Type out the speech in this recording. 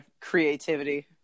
creativity